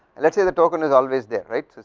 and let say the token is always there right it